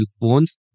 phones